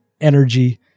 energy